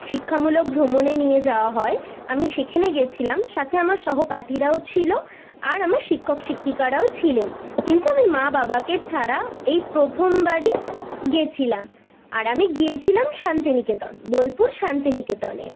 শিক্ষামূলক ভ্রমণে নিয়ে যাওয়া হয় আমি সেখানে গেছিলাম সাথে আমার সহপাঠীরাও ছিলো আর আমার শিক্ষক শিক্ষিকারাও ছিলেন কিন্তু আমি মা বাবাকে ছাড়া এই প্রথমবারই গেছিলাম আর আমি গিয়েছিলাম শান্তিনিকেতন বোলপুর শান্তিনিকেতনে